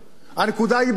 הנקודה היא ברורה.